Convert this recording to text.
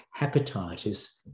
hepatitis